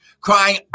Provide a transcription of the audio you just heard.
Crying